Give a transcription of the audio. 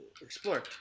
explore